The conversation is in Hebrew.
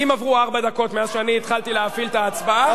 אם עברו ארבע דקות מאז שאני התחלתי להפעיל את ההצבעה,